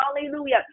hallelujah